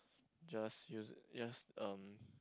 just use it just um